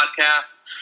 podcast